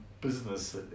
business